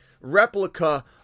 replica